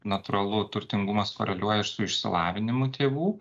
natūralu turtingumas koreliuoja ir su išsilavinimu tėvų